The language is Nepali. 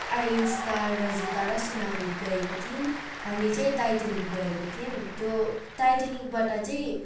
आयुष्का रजिता र सुनामित गएको थियौँ हामी चाहिँ टाइटनिक गएको थियौँ त्यो टाइटनिकबाट चाहिँ